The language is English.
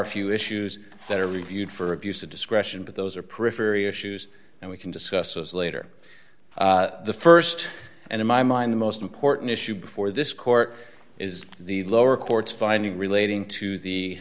are few issues that are reviewed for abuse of discretion but those are periphery issues and we can discuss those later the st and in my mind the most important issue before this court is the lower courts finding relating to the